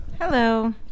Hello